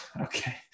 okay